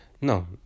No